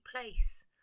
place